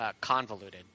convoluted